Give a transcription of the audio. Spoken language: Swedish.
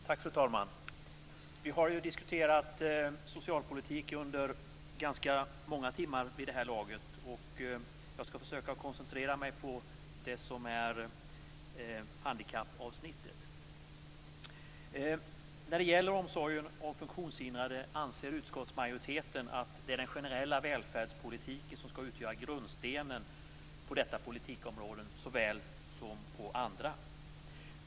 Fru talman! Vi har diskuterat socialpolitik under ganska många timmar vid det här laget. Jag skall försöka att koncentrera mig på handikappavsnittet. När det gäller omsorgen om funktionshindrade anser utskottsmajoriteten att det är den generella välfärdspolitiken som skall utgöra grundstenen på detta politikområde såväl som på andra.